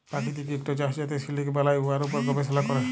পাকিতিক ইকট চাষ যাতে সিলিক বালাই, উয়ার উপর গবেষলা ক্যরে